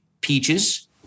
peaches